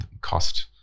cost